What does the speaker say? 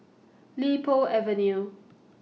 Li Po Avenue